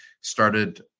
started